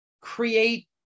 create